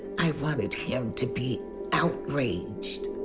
i wanted him to be outraged.